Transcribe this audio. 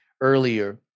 earlier